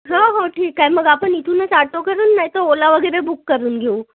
हो हो ठीक आहे मग आपण इथूनच आटो करून नाही तर ओला वगैरे बुक करून घेऊ